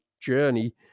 journey